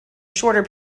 shorter